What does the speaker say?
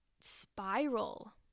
spiral